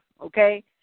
Okay